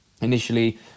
initially